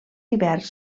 hiverns